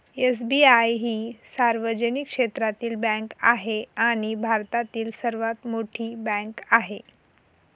SBI ही सार्वजनिक क्षेत्रातील बँक आहे आणि भारतातील सर्वात मोठी बँक आहे